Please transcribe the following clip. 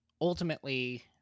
ultimately